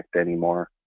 anymore